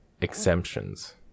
exemptions